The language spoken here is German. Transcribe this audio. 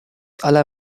aller